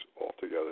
altogether